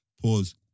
pause